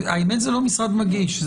האמת היא שזה לא משרד מגיש.